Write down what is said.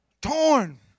torn